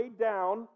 down